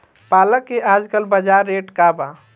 पालक के आजकल बजार रेट का बा?